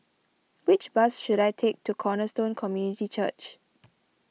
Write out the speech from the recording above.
which bus should I take to Cornerstone Community Church